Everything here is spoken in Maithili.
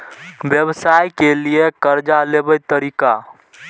व्यवसाय के लियै कर्जा लेबे तरीका?